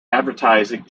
advertising